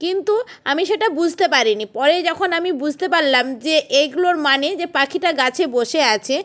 কিন্তু আমি সেটা বুঝতে পারিনি পরে যখন আমি বুঝতে পারলাম যে এইগুলোর মানে যে পাখিটা গাছে বসে আছে